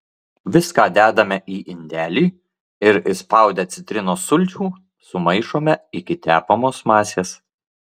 viską dedame į indelį ir įspaudę citrinos sulčių sumaišome iki tepamos masės